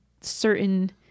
certain